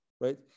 right